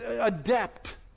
adept